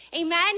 Amen